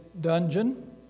dungeon